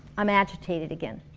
i'm agitated again.